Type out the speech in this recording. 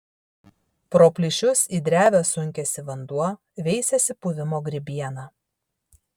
pro plyšius į drevę sunkiasi vanduo veisiasi puvimo grybiena